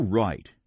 right